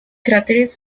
cráteres